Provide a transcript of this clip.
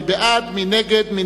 לדיון בוועדת העבודה,